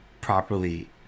Properly